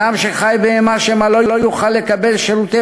אדם שחי באימה שמא לא יוכל לקבל שירותי